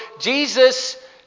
Jesus